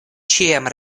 ĉiam